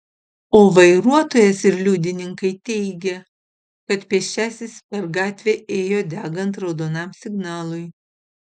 o vairuotojas ir liudininkai teigia kad pėsčiasis per gatvę ėjo degant raudonam signalui